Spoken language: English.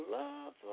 love